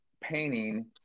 painting